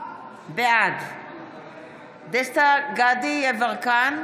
בעד דסטה גדי יברקן,